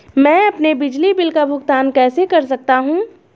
मैं अपने बिजली बिल का भुगतान कैसे कर सकता हूँ?